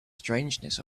strangeness